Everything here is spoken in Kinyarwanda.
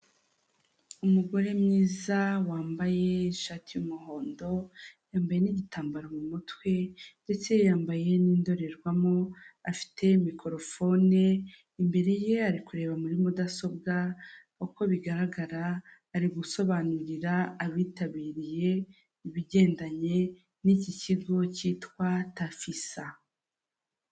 Umugore mwiza wambaye ishati y'umuhondo yambaye nigitambaro mu mutwe ndetse yambaye n'indorerwamo afite mikorofone, imbere ye ari kureba muri mudasobwa uko bigaragara ari gusobanurira abitabiriye ibigendanye n'iki kigo cyitwa tafisa.